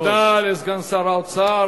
תודה לסגן שר האוצר.